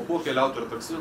o kuo keliaut ar taksi